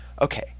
Okay